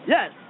Yes